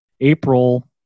April